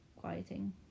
quieting